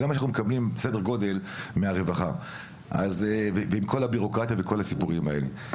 זה מה שאנחנו מקבלים מהרווחה ועם כל הבירוקרטיה וכל הסיפורים האלה,